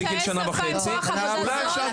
אנשים עם קשיי שפה הם כוח עבודה זול.